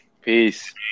Peace